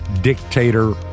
dictator